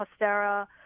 Costera